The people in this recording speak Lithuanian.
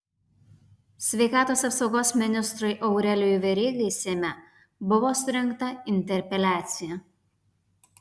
sveikatos apsaugos ministrui aurelijui verygai seime buvo surengta interpeliacija